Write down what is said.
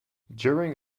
during